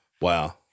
Wow